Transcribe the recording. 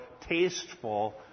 tasteful